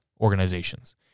organizations